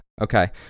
okay